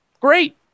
great